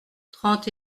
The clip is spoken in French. trente